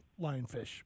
lionfish